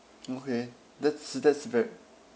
okay that's that's very